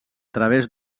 través